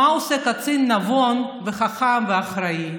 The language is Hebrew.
מה עושה קצין נבון, חכם ואחראי?